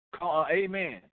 Amen